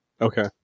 Okay